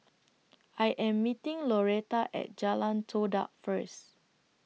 I Am meeting Loretta At Jalan Todak First